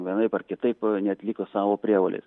vienaip ar kitaip neatliko savo prievolės